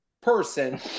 person